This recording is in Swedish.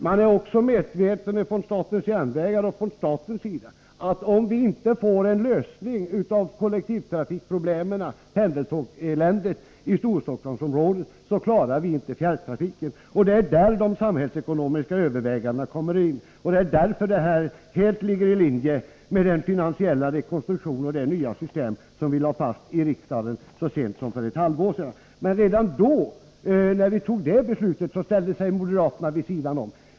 Man är också från järnvägens och statens sida medveten om att om man inte får till stånd en lösning av problemen med pendeltågseländet i Storstockholmsområdet, så klarar man inte fjärrtrafiken. Det är där de samhällsekonomiska övervägandena kommer in. Och detta ligger helt i linje med den finansiella rekonstruktion och det nya system som riksdagen lade fast så sent som för ett halvår sedan. Men redan då, när det beslutet fattades, ställde sig moderaterna vid sidan om.